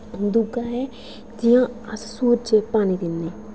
दूग्गा ऐ जियां अस सूरज गी पानी दिन्ने आं